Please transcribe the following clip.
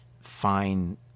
fine